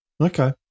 okay